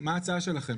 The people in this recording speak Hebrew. מה ההצעה שלכם?